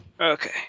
Okay